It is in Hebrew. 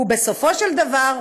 ובסופו של דבר,